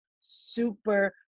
super